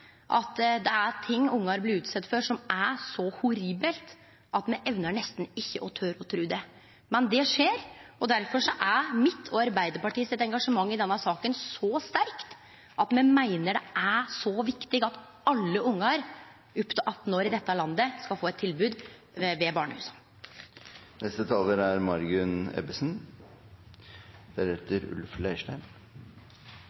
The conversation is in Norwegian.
sakene: Det er ting ungar blir utsette for, som er så horrible at me nesten ikkje evnar å tru det. Men det skjer, og derfor er mitt og Arbeidarpartiet sitt engasjement i denne saka så sterkt, og derfor meiner me det er så viktig at alle ungar opptil 18 år i dette landet skal få eit tilbod ved barnehusa. Det er